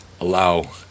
allow